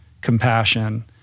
compassion